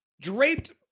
draped